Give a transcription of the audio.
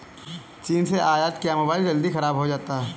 चीन से आयत किया मोबाइल जल्दी खराब हो जाता है